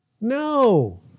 No